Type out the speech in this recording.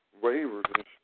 waivers